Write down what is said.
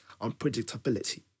unpredictability